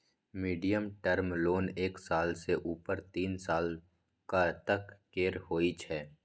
medium term loan एक साल सँ उपर तीन सालक तक केर होइ छै